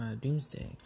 Doomsday